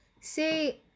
say